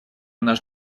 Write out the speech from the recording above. наш